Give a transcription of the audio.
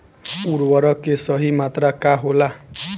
उर्वरक के सही मात्रा का होला?